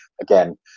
again